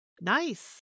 Nice